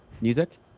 music